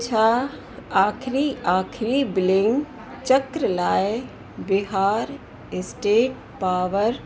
छा आखिरी आखिरी बिलिंग चक्र लाइ बिहार स्टेट पावर